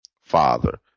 father